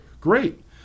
Great